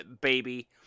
baby